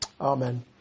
Amen